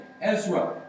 Ezra